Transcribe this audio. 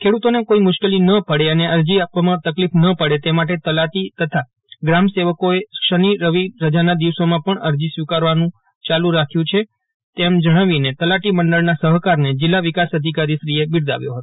ખેડૂતોને કોઈ મુશ્કેલી ન પડે અને અરજી આપવામાં તકલીફ ન પડે તે માટે તલાટી તથા ગ્રામ સેવકોએ શનિરવિ રજાના દિવસોમાં પણ અરજીઓ સ્વીકારવાનું નક્કી કર્યું હોવાનું પણ જણાવીને તલાટી મંડળના સહકારન્જીલ્લા વિકાસ અધિકારીશ્રીએ બિરદાવ્યો હતો